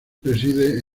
reside